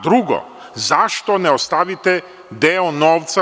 Drugo, zašto ne ostavite deo novca?